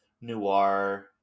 noir